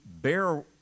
bear